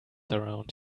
around